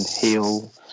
heal